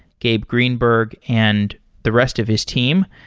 gabe greenberg, and the rest of his team.